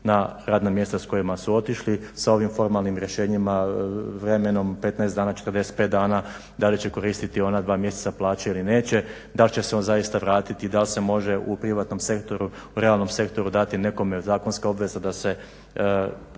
na radna mjesta s kojima su otišli. S ovim formalnim rješenjima vremenom 15 dana, 45 dana da li će koristiti ona dva mjeseca plaće ili neće, dal će se on zaista vratiti, dal se može u privatnom sektoru, u realnom sektoru dati nekome zakonska obveza da se